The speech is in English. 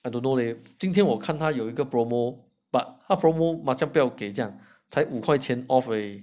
I don't know leh 今天我看他有一个 promo but 他 promote but 他 macam 不要给这样才五块钱 off 而已